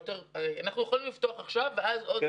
--- אנחנו יכולים לפתוח עכשיו ואז בעוד